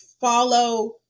follow